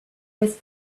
was